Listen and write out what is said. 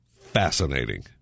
fascinating